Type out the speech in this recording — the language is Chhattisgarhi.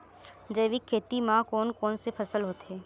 जैविक खेती म कोन कोन से फसल होथे?